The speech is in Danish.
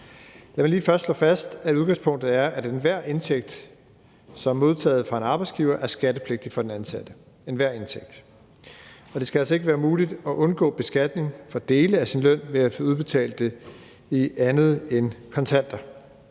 Jeg vil lige først slå fast, at udgangspunktet er, at enhver indtægt, som er modtaget fra en arbejdsgiver, er skattepligtig for den ansatte – enhver indtægt. Det skal altså ikke være muligt at undgå beskatning af dele af sin løn ved at få det udbetalt i andet end kontanter,